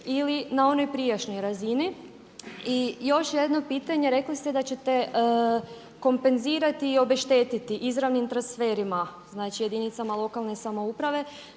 ili na onoj prijašnjoj razini? I još jedno pitanje, rekli ste da ćete kompenzirati i obeštetiti izravnim transferima, znači jedinicama lokalne samouprave,